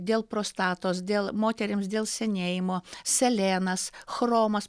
dėl prostatos dėl moterims dėl senėjimo selenas chromas